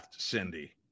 Cindy –